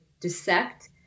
dissect